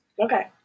Okay